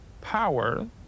...power